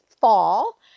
fall